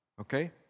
Okay